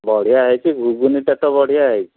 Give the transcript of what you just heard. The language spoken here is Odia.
ବଢ଼ିଆ ହେଇଛି ଘୁଗୁନିଟା ତ ବଢ଼ିଆ ହେଇଛି